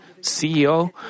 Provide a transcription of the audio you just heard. CEO